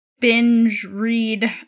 binge-read